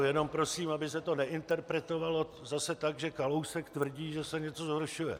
Jenom prosím, aby se to neinterpretovalo zase tak, že Kalousek tvrdí, že se něco zhoršuje.